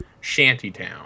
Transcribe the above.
shantytown